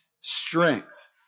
strength